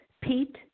Pete